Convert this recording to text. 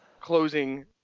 closing